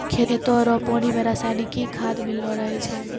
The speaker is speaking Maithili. खेतो रो पानी मे रसायनिकी खाद मिल्लो रहै छै